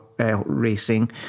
Racing